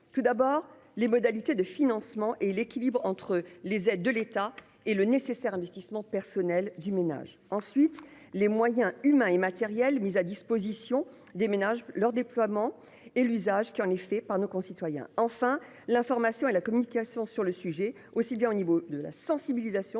Tout d'abord les modalités de financement et l'équilibre entre les aides de l'État et le nécessaire investissement personnel du ménage. Ensuite les moyens humains et matériels mis à disposition des ménages leur déploiement et l'usage qui en est fait par nos concitoyens. Enfin, l'information et la communication sur le sujet, aussi bien au niveau de la sensibilisation